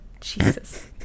jesus